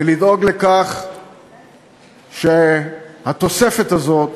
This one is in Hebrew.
ולדאוג לכך שהתוספת הזאת